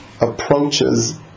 approaches